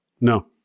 No